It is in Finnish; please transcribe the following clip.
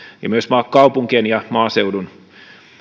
myös kaupunkien ja maaseudun